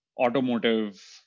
automotive